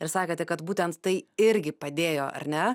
ir sakote kad būtent tai irgi padėjo ar ne